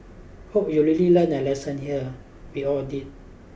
hope you've really learned a lesson here we all did